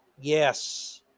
yes